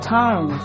time